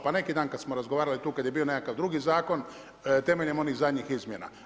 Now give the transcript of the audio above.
Pa neki dan, kada smo razgovarali tu, kada je bio nekakav drugi zakon, temeljem onih zadnjih izmjena.